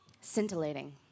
scintillating